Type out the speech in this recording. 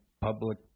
Public